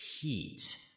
heat